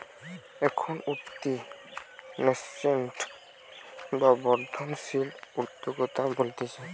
এখন উঠতি ন্যাসেন্ট বা বর্ধনশীল উদ্যোক্তা বলতিছে